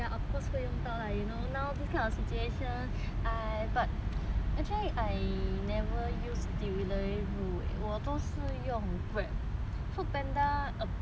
situation I but actually I never use deliveroo 我都是用 grab foodpanda a bit only lah